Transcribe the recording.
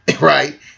right